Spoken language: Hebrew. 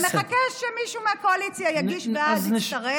ונחכה שמישהו מהקואליציה יגיש, ואז יצטרף